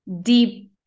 deep